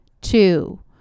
two